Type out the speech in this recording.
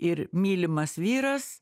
ir mylimas vyras